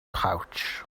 pouch